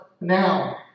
now